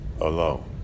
alone